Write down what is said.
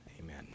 amen